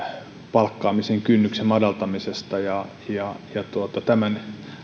palkkaamisen kynnyksen madaltamisesta ja ja tämän